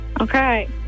okay